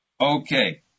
Okay